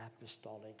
apostolic